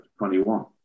21